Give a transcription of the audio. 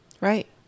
Right